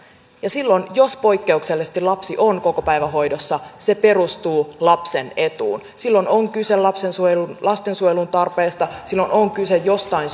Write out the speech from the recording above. ja silloin jos poikkeuksellisesti lapsi on kokopäivähoidossa se perustuu lapsen etuun silloin on kyse lastensuojelun tarpeesta silloin on kyse jostain